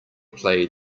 play